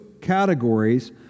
categories